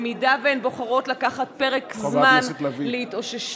אם הן בוחרות לקחת פרק זמן להתאוששות,